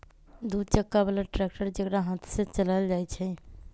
दू चक्का बला ट्रैक्टर जेकरा हाथे से चलायल जाइ छइ